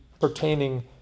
pertaining